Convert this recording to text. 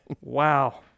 Wow